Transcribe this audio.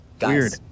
weird